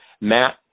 Matt